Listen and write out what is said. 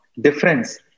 difference